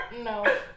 no